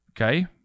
Okay